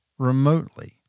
remotely